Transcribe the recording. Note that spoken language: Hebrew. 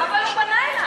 אבל הוא פנה אלי.